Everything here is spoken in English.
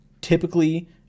Typically